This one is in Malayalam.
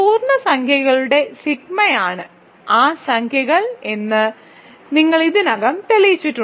പൂർണ്ണസംഖ്യകളുടെ സിഗ്മയാണ് ആ സംഖ്യകൾ എന്ന് നിങ്ങൾ ഇതിനകം തെളിയിച്ചിട്ടുണ്ട്